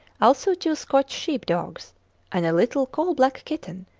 also two scotch sheep dogs and a little coal-black kitten,